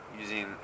using